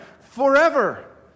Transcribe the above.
forever